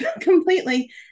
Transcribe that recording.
completely